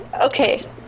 Okay